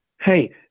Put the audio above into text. hey